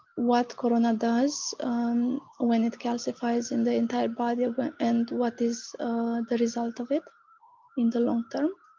what corona does when it calcifies in the entire body of man and what is the result of it in the long but